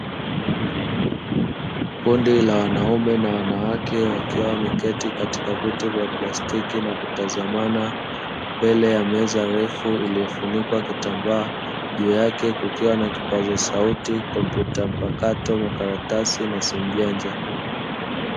Kundi la wanaume na wanawake, wakiwa wameketi katika viti vya plastiki wakitazamana, mbele ya meza ndefu iliyofunikwa kitambaa. Juu yake kukiwa na kipaza sauti, kompyuta mpakato, makaratasi na simu janja.